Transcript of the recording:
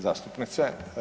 zastupnice.